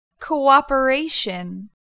cooperation